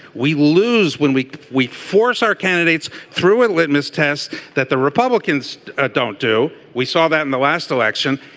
we will lose when we we force our candidates through a litmus test that the republicans don't do. we saw that in the last election.